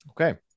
Okay